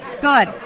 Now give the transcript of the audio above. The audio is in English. Good